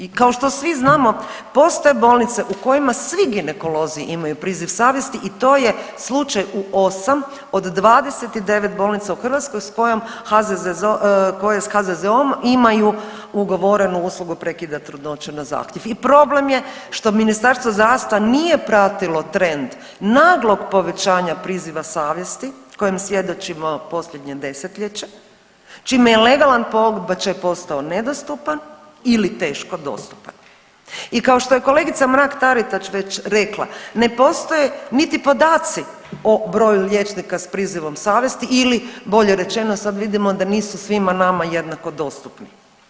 I kao što svi znamo, postoje bolnice u kojima svi ginekolozi imaju priziv savjesti i to je slučaj u 8 od 29 bolnica u Hrvatskoj s koje s HZZO-om imaju ugovorenu uslugu prekida trudnoće na zahtjev i problem je što Ministarstvo zdravstva nije pratilo trend naglog povećanja priziva savjesti kojem svjedočimo posljednje desetljeće, čime je legalan pobačaj postao nedostupan ili teško dostupan i kao što je kolegica Mrak-Taritaš već rekla, ne postoje niti podaci o broju liječnika s prizivom savjesti ili bolje rečeno, sad vidimo da nisu svima nama jednako dostupni.